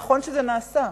נכון שזה נעשה,